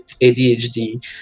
ADHD